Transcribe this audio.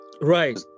Right